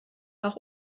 auch